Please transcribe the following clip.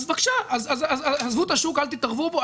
אז בבקשה, עזבו את השוק, אל תתערבו בו.